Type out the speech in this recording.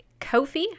Kofi